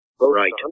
Right